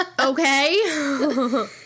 Okay